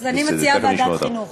אני מציעה ועדת חינוך.